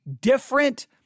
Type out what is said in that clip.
different